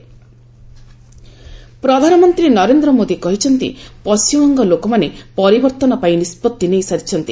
PM Paschimbanga ପ୍ରଧାନମନ୍ତ୍ରୀ ନରେନ୍ଦ୍ର ମୋଦୀ କହିଛନ୍ତି ପଶ୍ଚିମବଙ୍ଗ ଲୋକମାନେ ପରିବର୍ତ୍ତନ ପାଇଁ ନିଷ୍ପଭି ନେଇସାରିଛନ୍ତି